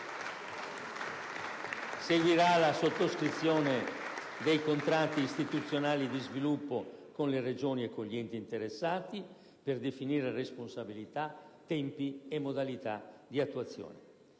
Seguirà la sottoscrizione dei contratti istituzionali di sviluppo con le Regioni e con gli enti interessati per definire responsabilità, tempi e modalità di attuazione.